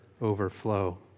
overflow